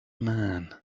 man